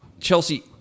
Chelsea